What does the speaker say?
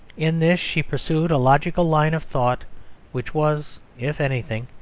in this she pursued a logical line of thought which was, if anything,